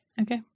okay